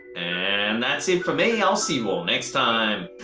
and that's it for me. i'll see you all next time.